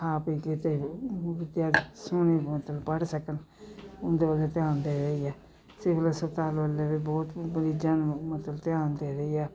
ਖਾ ਪੀ ਕੇ ਅਤੇ ਵਿੱਦਿਆ ਸੋਹਣੀ ਮਤਲਬ ਪੜ੍ਹ ਸਕਣ ਉਹਦੇ ਵਾਸਤੇ ਧਿਆਨ ਦੇ ਰਹੀ ਹੈ ਸਿਵਲ ਹਸਪਤਾਲਾਂ ਵਾਲੇ ਵੀ ਬਹੁਤ ਮਰੀਜ਼ਾਂ ਨੂੰ ਮਤਲਬ ਧਿਆਨ ਦੇ ਰਹੀ ਹੈ